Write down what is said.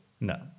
No